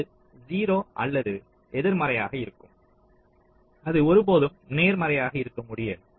இது 0 அல்லது எதிர்மறையாக இருக்கும் அது ஒருபோதும் நேர்மறையாக இருக்க முடியாது